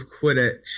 Quidditch